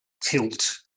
tilt